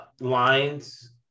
Lines